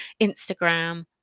Instagram